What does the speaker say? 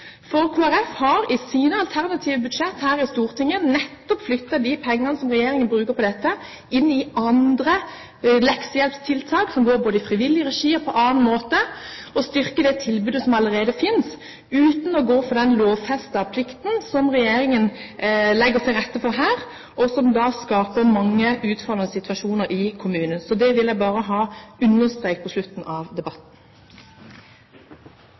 for Kristelig Folkeparti har i sitt alternative budsjett her i Stortinget nettopp flyttet de pengene som regjeringen bruker på dette, inn i andre leksehjelptiltak – både i frivillig regi og på annen måte – for å styrke det tilbudet som allerede finnes, uten å gå for den lovfestede plikten som regjeringen legger til rette for her, og som skaper mange utfordrende situasjoner i kommunene. Dette vil jeg bare ha understreket på slutten av debatten.